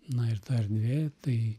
na ir ta erdvė tai